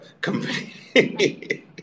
company